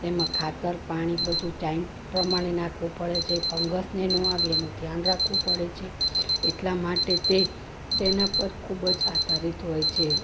તેમાં ખાતર પાણી બધુ ટાઈમ પ્રમાણે નાખવું પડે છે ફંગસને નો આવે એનું ધ્યાન રાખવું પડે છે એટલા માટે તે તેના પર ખૂબ જ આધારિત હોય છે